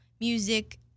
music